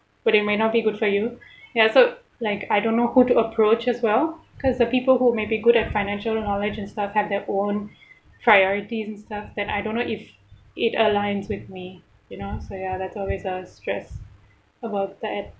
but it might not be good for you ya so like I don't know who to approach as well because the people who may be good at financial knowledge and stuff have their own priorities and stuff that I don't know if it aligns with me you know so ya that's always a stress about that